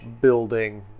building